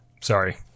Sorry